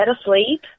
asleep